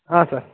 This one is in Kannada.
ಹಾಂ ಸರ್